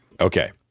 okay